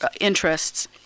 interests